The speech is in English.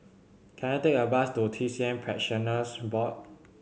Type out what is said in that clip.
can I take a bus to T C M Practitioners Board